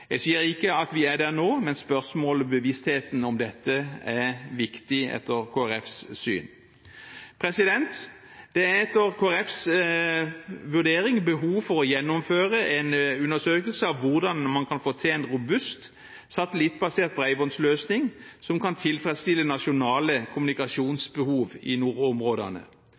Jeg sier ikke at vi er der nå, men spørsmålet og bevisstheten om dette er viktig, etter Kristelig Folkepartis syn. Det er etter Kristelig Folkepartis vurdering behov for å gjennomføre en undersøkelse av hvordan man kan få til en robust, satellittbasert bredbåndsløsning, som kan tilfredsstille nasjonale kommunikasjonsbehov i nordområdene.